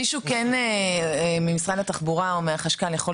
מישהו ממשרד התחבורה או החשכ"ל כן יכול